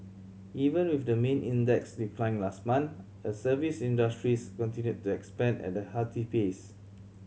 even with the main index's decline last month a service industries continued to expand at a hearty pace